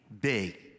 big